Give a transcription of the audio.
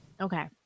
okay